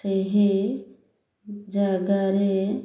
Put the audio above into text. ସେହି ଜାଗାରେ